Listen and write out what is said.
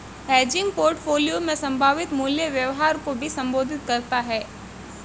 hedging portfolio में संभावित मूल्य व्यवहार को भी संबोधित करता हैं